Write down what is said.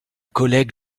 collègue